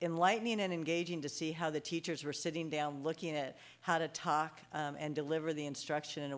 in lightning and engaging to see how the teachers were sitting down looking at how to talk and deliver the instruction in a